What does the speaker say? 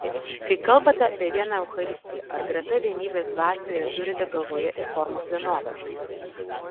kai kalbate apie vieną eucharistiją ar greta vienybės dvasioje turite galvoje ir formos vienovę